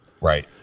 Right